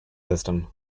system